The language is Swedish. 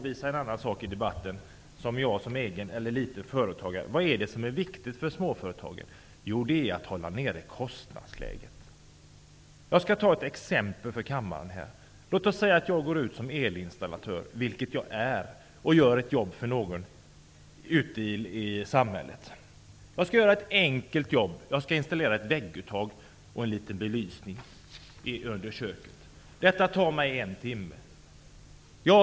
Vad är det som är viktigt för småföretagen? Jo, det är att hålla nere kostnadsnivån. Jag skall ta ett exempel. Låt oss säga att jag, som är elinstallatör, skall göra ett enkelt jobb för någon, jag skall installera ett vägguttag och en belysning. Det tar mig en timme.